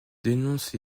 dénonce